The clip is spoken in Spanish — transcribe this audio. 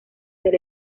del